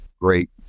great